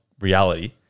reality